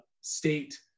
state